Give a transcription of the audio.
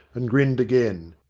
and grinned again.